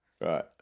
Right